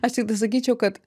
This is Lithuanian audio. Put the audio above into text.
aš tiktai sakyčiau kad